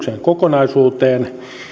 kokonaisuuteen